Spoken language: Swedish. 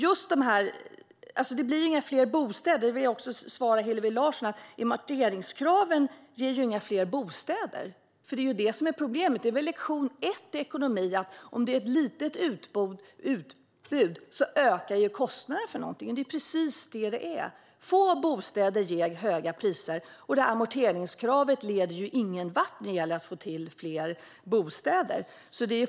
Jag vill svara Hillevi Larsson att amorteringskraven inte ger fler bostäder, vilket är problemet. Det är väl lektion ett i ekonomi att om det är ett litet utbud av något ökar kostnaderna för det. Det är precis så det är, att få bostäder ger höga priser. Och amorteringskravet leder ju ingen vart när det gäller att få till fler bostäder.